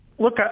Look